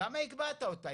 למה הגבהת אותה?